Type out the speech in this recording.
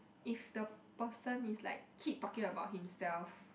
if the person is like keep talking about himself